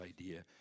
idea